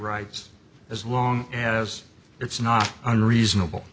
rights as long as it's not unreasonable